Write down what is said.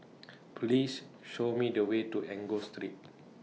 Please Show Me The Way to Enggor Street